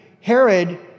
Herod